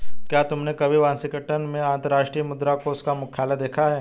क्या तुमने कभी वाशिंगटन में अंतर्राष्ट्रीय मुद्रा कोष का मुख्यालय देखा है?